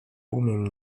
umiem